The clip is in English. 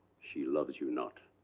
she loves you not.